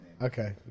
Okay